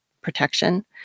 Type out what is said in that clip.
protection